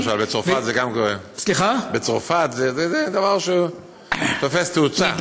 למשל בצרפת זה דבר שתופס תאוצה.